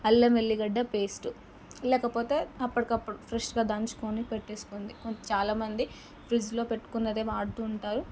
అల్లం ఎల్లిగడ్డ పేస్టు లేకపోతే అప్పటికప్పుడు ఫ్రెష్గా దంచుకొని పెట్టేసుకుంది చాలా మంది ఫ్రిడ్జులో పెట్టుకున్నదే వాడుతుంటారు